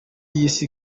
y’isi